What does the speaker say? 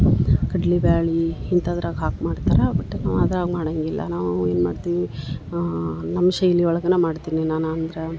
ಕಡ್ಲಿ ಬ್ಯಾಳಿ ಇಂತದ್ರಾಗ ಹಾಕಿ ಮಾಡ್ತರ ಬಟ್ ನಾವು ಅದ್ರಾಗ ಮಾಡಂಗಿಲ್ಲ ನಾವು ಏನು ಮಡ್ತೀವಿ ನಮ್ಮ ಶೈಲಿ ಒಳಗನ ಮಾಡ್ತೀನಿ ನಾನು ಅಂದ್ರ